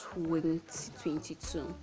2022